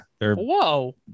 Whoa